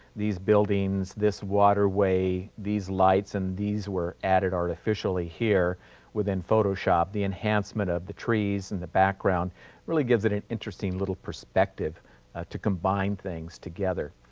these buildings, this waterway, these lights and these were added artificially here within photoshop. the enhancement of the trees in the background really gives it an interesting little perspective to combine things together.